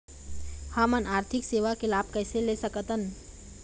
हमन आरथिक सेवा के लाभ कैसे ले सकथन?